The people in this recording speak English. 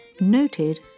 noted